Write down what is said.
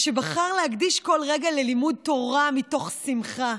שבחר להקדיש כל רגע ללימוד תורה מתוך שמחה.